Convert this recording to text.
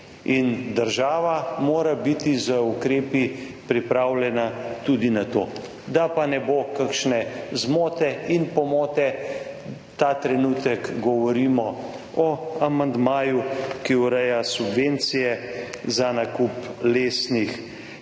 država mora biti z ukrepi pripravljena tudi na to. Da pa ne bo kakšne zmote in pomote, ta trenutek govorimo o amandmaju, ki ureja subvencije za nakup lesnih